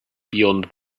beyond